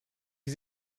die